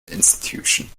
institution